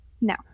No